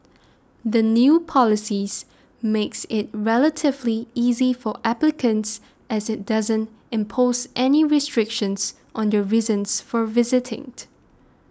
the new policies makes it relatively easy for applicants as it doesn't impose any restrictions on their reasons for visiting